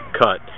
cut